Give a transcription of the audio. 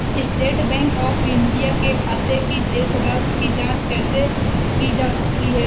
State bank of India के खाते की शेष राशि की जॉंच कैसे की जा सकती है?